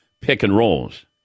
pick-and-rolls